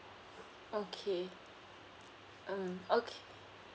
okay mm okay